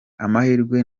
amahirwe